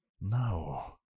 No